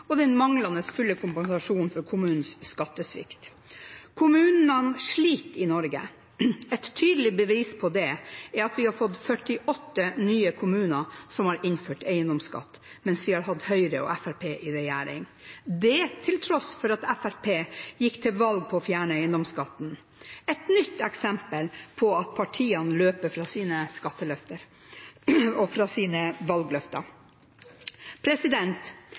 og den manglende fulle kompensasjonen for kommunenes skattesvikt. Kommunene sliter i Norge. Et tydelig bevis på det er at vi har fått 48 nye kommuner som har innført eiendomsskatt mens vi har hatt Høyre og Fremskrittspartiet i regjering, til tross for at Fremskrittspartiet gikk til valg på å fjerne eiendomsskatten – et nytt eksempel på at partiene løper fra sine skatteløfter og sine valgløfter.